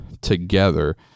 together